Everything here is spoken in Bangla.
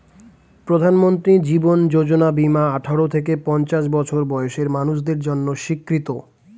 প্রধানমন্ত্রী জীবন যোজনা বীমা আঠারো থেকে পঞ্চাশ বছর বয়সের মানুষদের জন্য স্বীকৃত